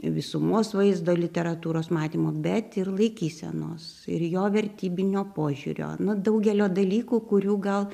visumos vaizdo literatūros matymo bet ir laikysenos ir jo vertybinio požiūrio na daugelio dalykų kurių gal